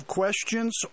questions